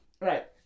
Right